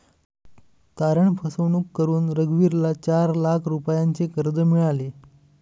तारण फसवणूक करून रघुवीरला चार लाख रुपयांचे कर्ज मिळाले